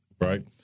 Right